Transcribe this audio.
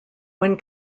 when